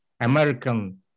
American